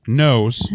knows